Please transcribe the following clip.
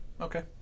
Okay